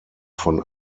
von